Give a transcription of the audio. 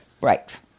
Right